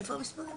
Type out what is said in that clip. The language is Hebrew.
מאיפה המספרים?